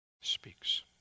speaks